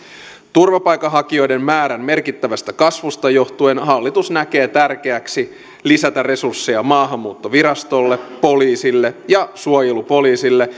turvapaikanhakijoiden määrän merkittävästä kasvusta johtuen hallitus näkee tärkeäksi lisätä resursseja maahanmuuttovirastolle poliisille ja suojelupoliisille